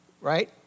right